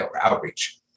outreach